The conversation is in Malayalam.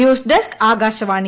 news desk Akashvani